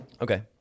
Okay